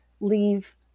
leave